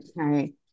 okay